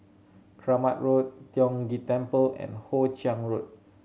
Kramat Road Tiong Ghee Temple and Hoe Chiang Road